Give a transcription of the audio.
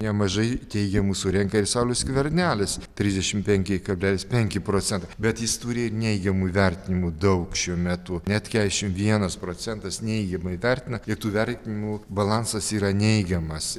nemažai teigiamų surenka ir saulius skvernelis trisdešimt penki kablelis penki procento bet jis turi ir neigiamų įvertinimų daug šiuo metu net keturiasdešimt vienas procentas neigiamai vertina ir tų vertinimų balansas yra neigiamas